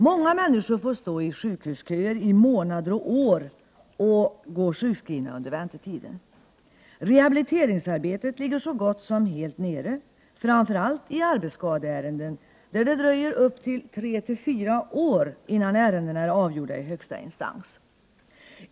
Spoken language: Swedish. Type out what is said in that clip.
Många människor får stå i sjukhusköer i månader och år och går sjukskrivna 93 under väntetiden. Rehabiliteringsarbetet ligger så gott som helt nere, framför allt i arbetsskadeärenden, där det dröjer upp till 3-4 år innan ärendena är avgjorda i högsta instans.